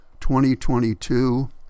2022